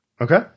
Okay